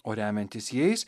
o remiantis jais